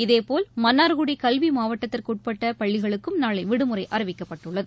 இதேபோல் மன்னார்குடிகல்விமாவட்டத்திற்குஉட்பட்டபள்ளிகளுக்கும் நாளைவிடுமுறைஅறிவிக்கப்பட்டுள்ளது